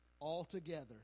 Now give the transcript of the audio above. altogether